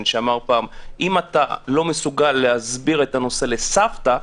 שאמר: אם אתה לא מסוגל להסביר את הנושא לסבתא,